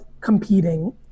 competing